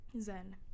Zen